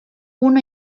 una